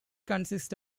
consists